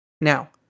Now